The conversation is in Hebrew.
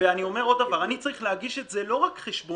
הייתי רוצה להגיד על המדינה אם בארזים